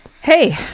hey